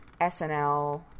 SNL